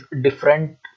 different